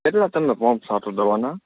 કેટલાં તમે પાઉચ છાંટો દવાનાં